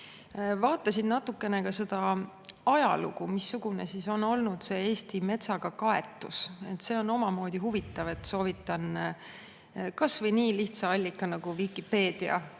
Vaatasin natukene ka ajalugu, missugune on olnud Eesti metsaga kaetus. See on omamoodi huvitav. Soovitan. Kas või nii lihtsa allika nagu Vikipeedia